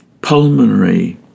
pulmonary